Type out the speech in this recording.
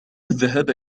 الذهاب